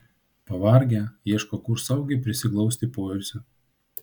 pavargę ieško kur saugiai prisiglausti poilsio